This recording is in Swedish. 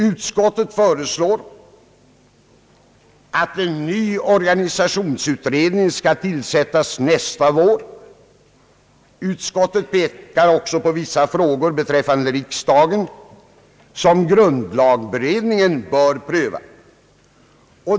Utskottet föreslår att en ny organisationsutredning skall tillsättas nästa vår. Utskottet pekar också på vissa frågor beträffande riksdagen, som grundlagberedningen bör pröva.